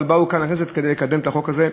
אבל הם באו כאן לכנסת לקדם את החוק הזה,